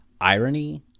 irony